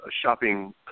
shopping